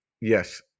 Yes